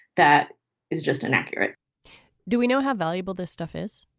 that is just an accurate do we know how valuable this stuff is?